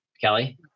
Kelly